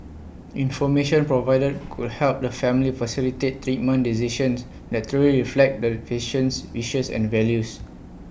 information provided could help the family facilitate treatment decisions that truly reflect the patient's wishes and values